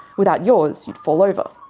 without yours, you'd fall over.